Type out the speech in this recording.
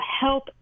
help